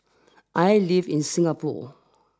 I live in Singapore